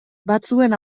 batzuen